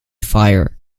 fire